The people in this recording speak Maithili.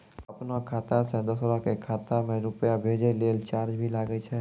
आपनों खाता सें दोसरो के खाता मे रुपैया भेजै लेल चार्ज भी लागै छै?